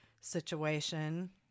situation